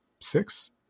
six